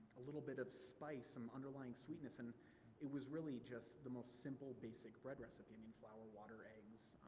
a little bit of spice, some underlying sweetness, and it was really just the most simple, basic bread recipe, i mean flour, water, eggs,